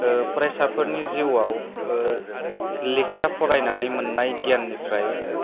फरायसाफोनि जिउआव लेखा फरायनानै मोननाय गियाननिफ्राय